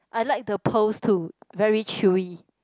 I like the pearls too very chewy